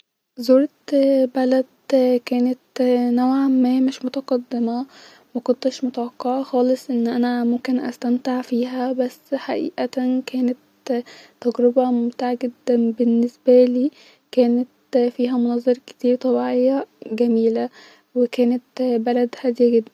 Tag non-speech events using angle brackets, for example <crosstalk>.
احب الجبال المرتفاعات لانها بتبقي فيها مناظر كتير-اكتر-بتبقي <noise> مشوقه اكتر بتبقي فيها نشاطات كتير اكتر-عن البحر بالنسبالي انا بخاف منو عشان كده احب ديما اختار ال-جبال